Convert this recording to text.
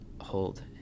hold